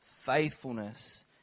faithfulness